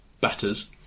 batters